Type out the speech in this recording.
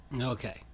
okay